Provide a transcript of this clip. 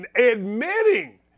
admitting